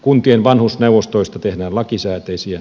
kuntien vanhusneuvostoista tehdään lakisääteisiä